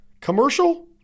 commercial